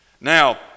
Now